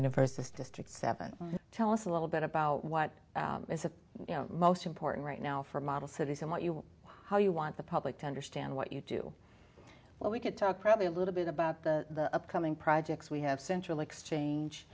universes district seven tell us a little bit about what is the most important right now for model cities and what you do you want the public to understand what you do what we could talk probably a little bit about the upcoming projects we have central exchange